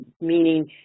meaning